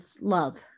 love